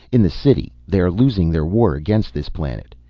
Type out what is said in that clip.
in the city they are losing their war against this planet.